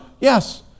Yes